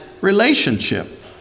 relationship